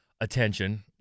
attention